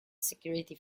security